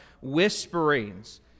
whisperings